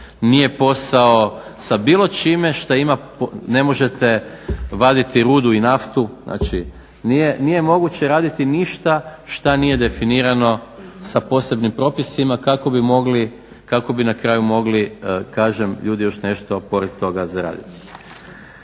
nije posao sa bilo čime šta, ne možete vaditi rudu i naftu, znači nije moguće raditi ništa šta nije definirano sa posebnim propisima kako bi na kraju mogli ljudi još nešto pored toga zaraditi.